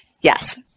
Yes